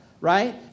right